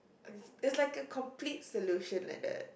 is like a complete solution like that